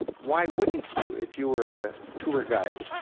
why wouldn't you if you were a tour guide,